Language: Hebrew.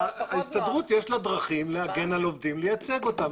להסתדרות יש דרך, להגן על עובדים, לייצג אותם.